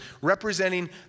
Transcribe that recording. representing